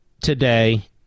today